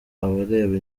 abareba